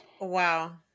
Wow